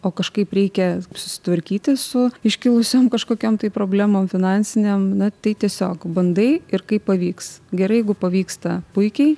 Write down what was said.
o kažkaip reikia susitvarkyti su iškilusiom kažkokiom tai problemom finansinėm na tai tiesiog bandai ir kaip pavyks gerai jeigu pavyksta puikiai